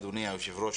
אדוני היושב-ראש,